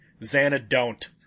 Xanadont